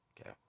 Okay